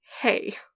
hey